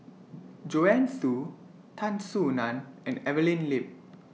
Joanne Soo Tan Soo NAN and Evelyn Lip